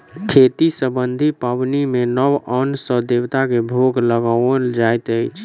खेती सम्बन्धी पाबनि मे नव अन्न सॅ देवता के भोग लगाओल जाइत अछि